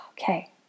okay